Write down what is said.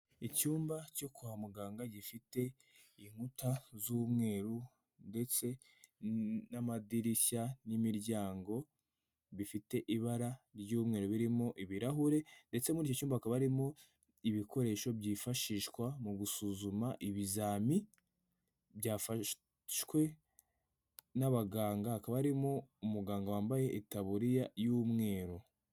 Icyumba cyo kwa muganga gifite inkuta z'umweru ndetse n'amadirishya n'imiryango bifite ibara ry'umweru birimo ibirahure, ndetse muri icyo cyumba hakaba harimo ibikoresho byifashishwa mu gusuzuma ibizami byafashwe n'abaganga. Hakaba harimo umuganga wambaye itaburiya y'umweru.